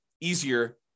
easier